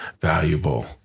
valuable